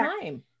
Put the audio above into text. time